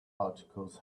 articles